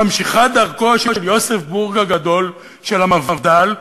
ממשיכת דרכו של יוסף בורג הגדול של המפד"ל,